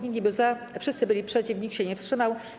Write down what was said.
Nikt nie był za, wszyscy byli przeciw, nikt się nie wstrzymał.